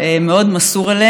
מאוד מסור אליהן.